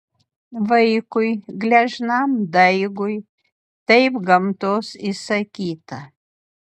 vaikui gležnam daigui taip gamtos įsakyta